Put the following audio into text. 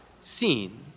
seen